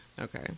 Okay